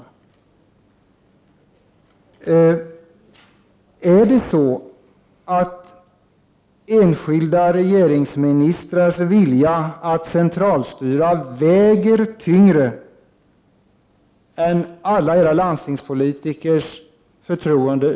Väger enskilda ministrars vilja att centralstyra tyngre än förtroendet för alla de socialdemokratiska landstingspolitikerna ute i landet?